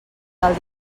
del